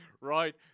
right